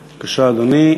בבקשה, אדוני.